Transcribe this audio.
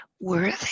worthy